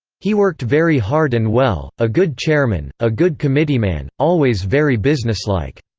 he worked very hard and well a good chairman, a good committeeman, always very businesslike.